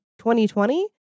2020